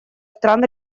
стран